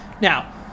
Now